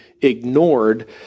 ignored